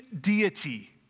deity